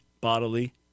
bodily